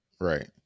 right